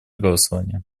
голосования